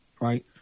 Right